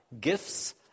gifts